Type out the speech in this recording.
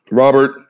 robert